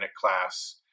class